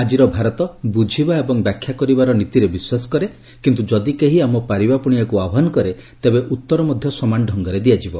ଆଜିର ଭାରତ ବୁଝିବା ଏବଂ ବ୍ୟାଖ୍ୟା କରିବାର ନୀତିରେ ବିଶ୍ୱାସ କରେ କିନ୍ତୁ ଯଦି କେହି ଆମ ପାରିବାପଣିଆକୁ ଆହ୍ପାନ କରେ ତେବେ ଉତ୍ତର ମଧ୍ୟ ସମାନ ଢଙ୍ଗରେ ଦିଆଯିବ